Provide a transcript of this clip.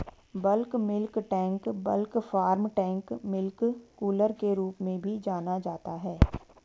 bulk milk tank bulk farm tank milk cooler के रूप में भी जाना जाता है,